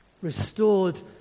restored